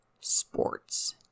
sports